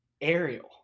Ariel